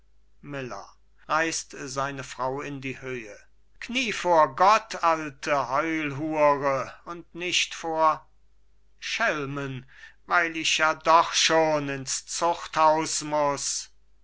höhe knie vor gott alte heulhure und nicht vor schelmen weil ich ja doch schon ins zuchthaus muß